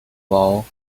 vow